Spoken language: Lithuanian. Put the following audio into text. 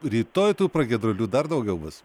rytoj tų pragiedrulių dar daugiau bus